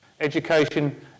education